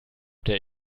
der